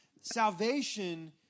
Salvation